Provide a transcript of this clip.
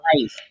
life